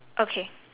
okay